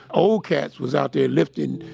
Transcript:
old cats was out there lifting,